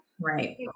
Right